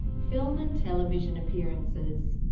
film and television appearances